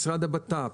המשרד לביטחון פנים,